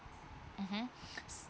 mmhmm